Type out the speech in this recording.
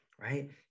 right